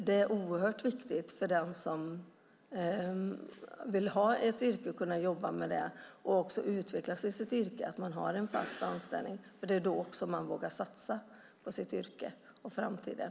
Det är oerhört viktigt för den som vill utvecklas i sitt yrke att ha en fast anställning. Det är då som man vågar satsa på sitt yrke och framtiden.